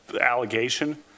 allegation